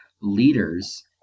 leaders